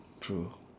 true